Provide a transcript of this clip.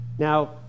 Now